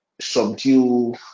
subdue